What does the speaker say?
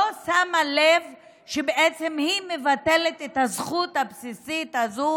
היא לא שמה לב לכך שבעצם היא מבטלת את הזכות הבסיסית הזו